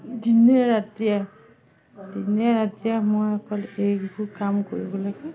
দিনে ৰাতিয়ে দিনে ৰাতিয়ে মই অকল এইবোৰ কাম কৰিবলৈকে